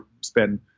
spend